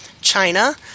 China